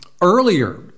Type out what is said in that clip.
earlier